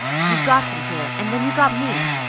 you got him here, and then you got me.